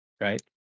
right